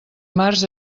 març